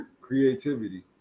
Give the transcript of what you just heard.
creativity